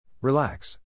Relax